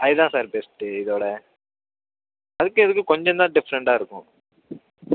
அதுதான் sir best இதோட அதுக்கும் இதுக்கும் கொஞ்சந்தான் டிஃரெண்ட்டாயிருக்கும்